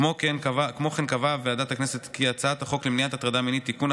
כמו כן קבעה ועדת הכנסת כי הצעת החוק למניעת הטרדה מינית (תיקון,